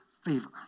favor